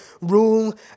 rule